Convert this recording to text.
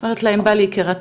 אני אומרת לה "עינבל יקירתי,